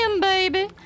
baby